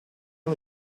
non